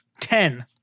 Ten